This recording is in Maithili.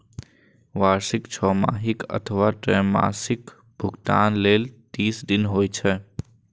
वार्षिक, छमाही अथवा त्रैमासिक भुगतान लेल तीस दिन होइ छै